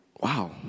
wow